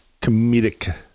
comedic